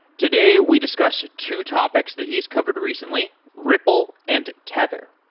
today, we discuss two topics that he is covered recently ripple and tether.